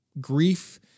grief